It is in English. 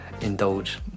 indulge